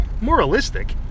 moralistic